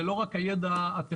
זה לא רק הידע הטכנולוגי,